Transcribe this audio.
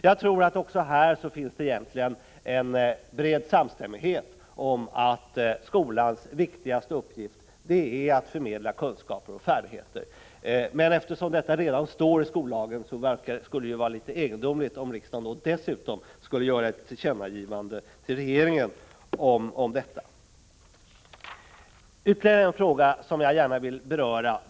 Jag tror att det även här egentligen finns en bred samstämmighet om att skolans viktigaste uppgift är att förmedla kunskaper och färdigheter. Men eftersom det här redan står i skollagen, skulle det vara litet egendomligt om riksdagen dessutom skulle ge regeringen detta till känna. Fristående skolor är ytterligare en fråga som jag skulle vilja beröra.